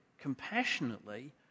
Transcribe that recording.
compassionately